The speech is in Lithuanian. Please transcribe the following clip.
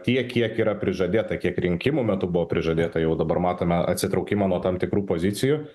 tiek kiek yra prižadėta kiek rinkimų metu buvo prižadėta jau dabar matome atsitraukimą nuo tam tikrų pozicijų